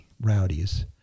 rowdies